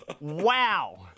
Wow